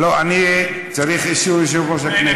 לא, אני צריך אישור של יושב-ראש הכנסת.